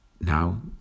Now